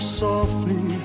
softly